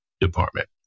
Department